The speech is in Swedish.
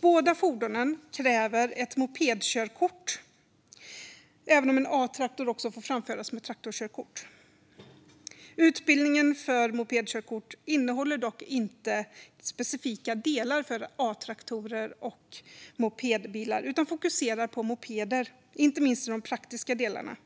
Båda fordonen kräver ett mopedkörkort, även om en A-traktor också får framföras med traktorkörkort. Utbildningen för mopedkörkort innehåller dock inte specifika delar för A-traktorer och mopedbilar utan fokuserar på mopeder, inte minst i de praktiska delarna.